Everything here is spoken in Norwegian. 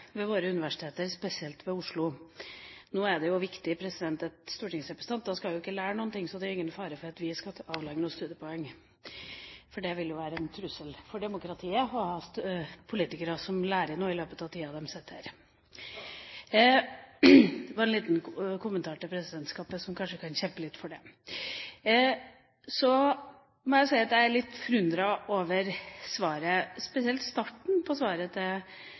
våre universiteter, spesielt ved Universitetet i Oslo. Nå er det viktig at stortingsrepresentanter ikke skal lære noe, så det er ikke noen fare for at vi skal avlegge noen studiepoeng, for det vil jo være en trussel for demokratiet å ha politikere som lærer noe av i løpet av tida de sitter her. – Det var bare en liten kommentar til presidentskapet, som kanskje kan kjempe litt for det! Så må jeg si jeg er litt forundret spesielt over starten på svaret til